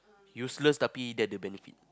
useless the benefit